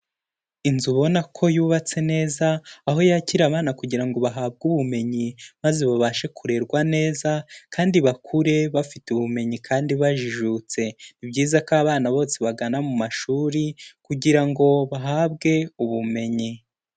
Inzu ubona ko yubatse neza, aho yakira abana kugira ngo bahabwe ubumenyi maze babashe kurerwa neza kandi bakure bafite ubumenyi kandi bajijutse. Ni byiza ko abana bose bagana mu mashuri kugira ngo bahabwe ubumenyi.